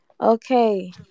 Okay